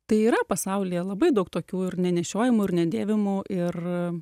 tai yra pasaulyje labai daug tokių ir nenešiojamų ir nedėvimų ir